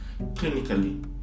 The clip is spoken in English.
clinically